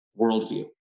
worldview